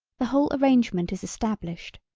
the whole arrangement is established.